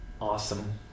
awesome